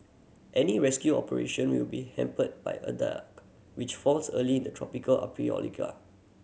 any rescue operation will be hampered by a dark which falls early in the tropical